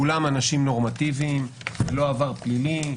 כולם אנשים נורמטיביים בלי עבר פלילי,